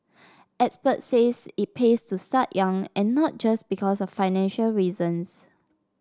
experts said it pays to start young and not just because of financial reasons